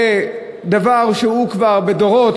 דבר שהוא כבר דורות,